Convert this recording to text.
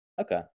okay